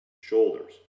shoulders